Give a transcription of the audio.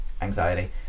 anxiety